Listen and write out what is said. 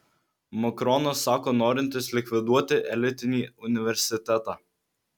makronas sako norintis likviduoti elitinį universitetą